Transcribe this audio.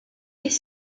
les